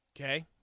Okay